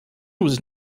was